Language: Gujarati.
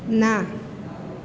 ના